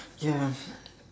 ya